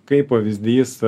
kaip pavyzdys